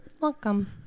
Welcome